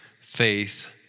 faith